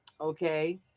Okay